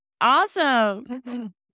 Awesome